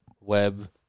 web